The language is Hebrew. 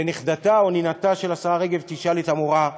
ונכדתה או נינתה של השרה רגב תשאל את המורה: